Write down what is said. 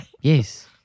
Yes